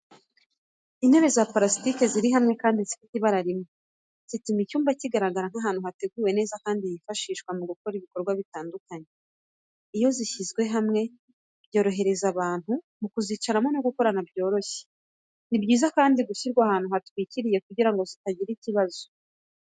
Intebe za purasitike ziri hamwe kandi zifite ibara rimwe, zituma icyumba kigaragara nk'ahantu hateguwe neza kandi hifashishwa mu gukora ibikorwa bitandukanye. Iyo zishyizwe hamwe byorohereza abantu kuzicamo no gukorana byoroshye. Ni byiza kandi gushyirwa ahantu hatwikiriye kugira ngo zitagira ikibazo.